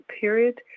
period